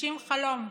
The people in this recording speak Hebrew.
הגשים חלום,